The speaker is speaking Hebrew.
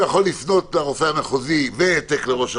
אם הוא יכול לפנות לרופא המחוזי עם העתק לראש הרשות,